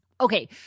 Okay